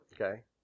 Okay